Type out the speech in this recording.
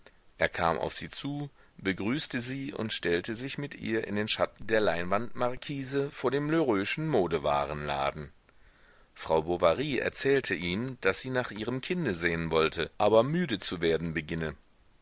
er kam auf sie zu begrüßte sie und stellte sich mit ihr in den schatten der leinwandmarkise vor dem lheureuxschen modewarenladen frau bovary erzählte ihm daß sie nach ihrem kinde sehen wollte aber müde zu werden beginne